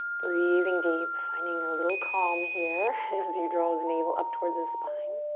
breathing deep, finding a little calm here as you draw the navel up towards the spine.